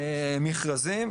מכרזים.